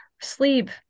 sleep